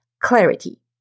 clarity